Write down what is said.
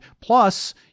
plus